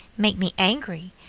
make me angry,